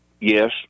Yes